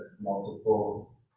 multiple